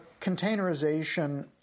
containerization